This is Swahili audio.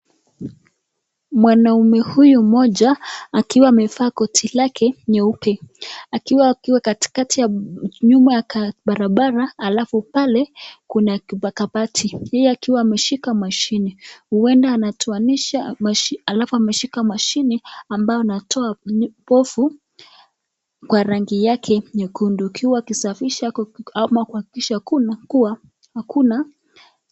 Mwanaume huyu mmoja, akiwa amevaa koti hili lake nyeupe. Akiwa akiwa katikati ya nyuma barabara alafu pale kuna kabati. Yeye akiwa ameshika mashini. Huenda anatoanisha alafu ameshika mashini, ambayo inatoa povu, kwa rangi nyekundu akiwa kusafisha au kuhakikisha kuwa.